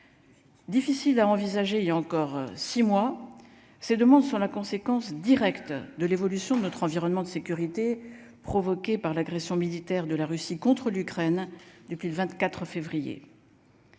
Difficile à envisager, il y a encore 6 mois, ces demandes sur la conséquence directe de l'évolution de notre environnement de sécurité provoquée par l'agression militaire de la Russie contre l'Ukraine depuis le 24 février.